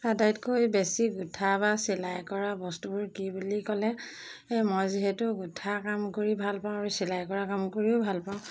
আটাইতকৈ বেছি গোঁঠা বা চিলাই কৰা বস্তুবোৰ কি বুলি ক'লে মই যিহেতু গোঁঠা কাম কৰি ভাল পাওঁ আৰু চিলাই কৰা কাম কৰিও ভাল পাওঁ